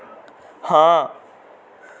हां